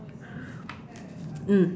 mm